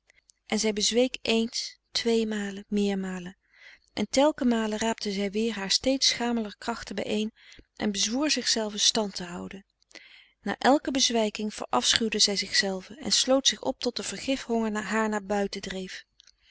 en zij bezweek eens tweemalen meermalen en telkenmale raapte zij weer haar steeds schameler krachten bijeen en bezwoer zichzelve stand te houden na elk bezwijken verafschuwde zij zichzelve en sloot zich op tot de vergif honger haar naar buiten